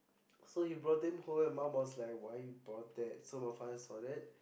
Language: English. so he brought them home my mum was like why you brought that so my father saw that